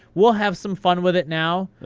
we'll have some fun with it now,